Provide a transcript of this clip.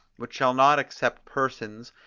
which shall not except persons,